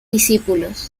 discípulos